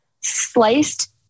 sliced